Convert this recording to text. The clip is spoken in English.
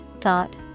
thought